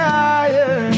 higher